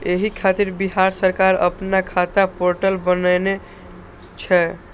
एहि खातिर बिहार सरकार अपना खाता पोर्टल बनेने छै